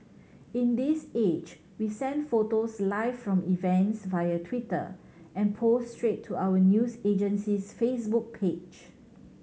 in this age we send photos live from events via Twitter and post straight to our news agency's Facebook page